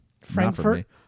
Frankfurt